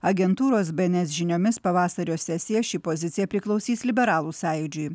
agentūros bns žiniomis pavasario sesiją ši pozicija priklausys liberalų sąjūdžiui